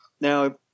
Now